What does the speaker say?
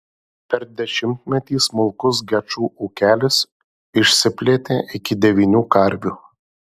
per dešimtmetį smulkus gečų ūkelis išsiplėtė iki devynių karvių